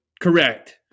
correct